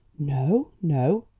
no, no.